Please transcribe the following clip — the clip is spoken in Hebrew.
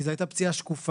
כי זאת היתה פציעה שקופה,